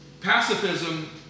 pacifism